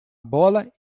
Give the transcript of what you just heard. bola